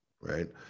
right